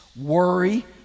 worry